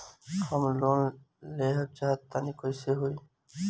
हम लोन लेवल चाह तानि कइसे होई?